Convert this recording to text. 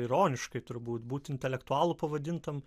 ironiškai turbūt būti intelektualu pavadintam